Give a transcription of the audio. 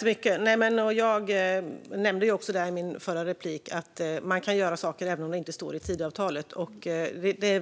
Fru talman! Jag nämnde i min förra replik att man kan göra saker även om de inte står i Tidöavtalet. Och